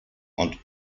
und